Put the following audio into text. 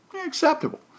Acceptable